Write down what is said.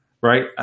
right